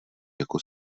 jako